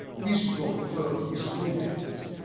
we use to go to clubs we slow danced.